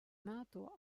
metų